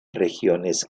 regiones